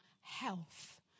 health